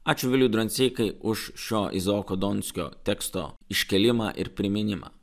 atžvilgiu dranseikai už šio izaoko donskio teksto iškėlimą ir priminimą